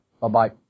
Bye-bye